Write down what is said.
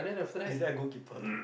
is that a goalkeeper